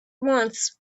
once